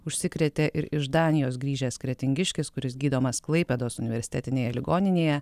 užsikrėtė ir iš danijos grįžęs kretingiškis kuris gydomas klaipėdos universitetinėje ligoninėje